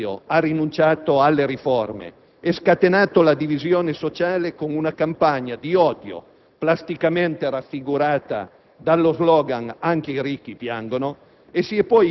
D'altra parte, il Governo Prodi, fin dall'inizio, ha rinunciato alle riforme e scatenato la divisione sociale con una campagna di odio plasticamente raffigurata